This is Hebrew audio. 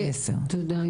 תודה.